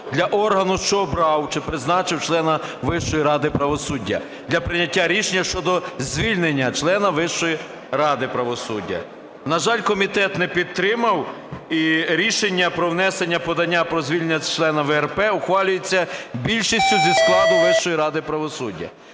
для органу, що обрав чи призначив члена Вищої ради правосуддя, для прийняття рішення щодо звільнення члена Вищої ради правосуддя. На жаль, комітет не підтримав. І рішення про внесення подання про звільнення члена ВРП ухвалюється більшістю зі складу Вищої ради правосуддя.